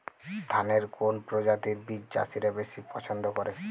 ধানের কোন প্রজাতির বীজ চাষীরা বেশি পচ্ছন্দ করে?